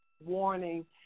warning